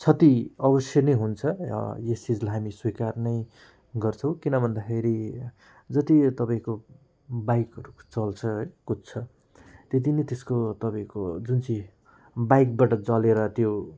क्षति अवश्य नै हुन्छ र यस चिजलाई हामी स्विकार्नै गर्छौँ किन भन्दाखेरि जति तपाईँको बाइकहरू चल्छ है कुद्छ त्यति नै त्यसको तपाईँको जुन चाहिँ बाइकबाट जलेर त्यो